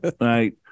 right